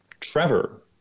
Trevor